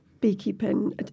beekeeping